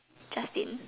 Justin